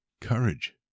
courage